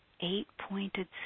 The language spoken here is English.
eight-pointed